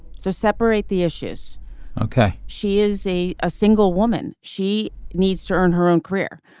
so separate the issues ok. she is a ah single woman. she needs to earn her own career.